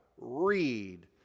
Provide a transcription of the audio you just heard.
Read